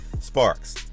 sparks